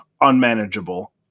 unmanageable